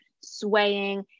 swaying